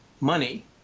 money